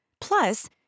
Plus